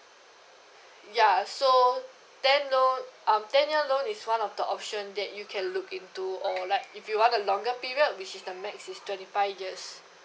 ya so ten loan um ten year loan is one of the option that you can look into or like if you want a longer period which the maximum is twenty five years